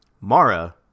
Mara